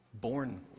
born